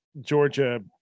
Georgia